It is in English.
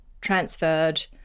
transferred